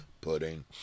Pudding